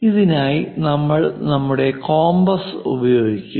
ഇതിനായി നമ്മൾ നമ്മുടെ കോമ്പസ് ഉപയോഗിക്കും